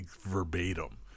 verbatim